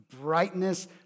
brightness